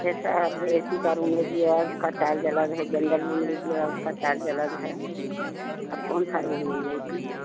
ऐसा है अपने ऐ सी का रूम ले लिया उसका चार्ज अलग है जनरल रूम ले लिया उसका चार्ज अलग है अब कौन सा रूम लेंगे ऐ सी